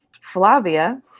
Flavia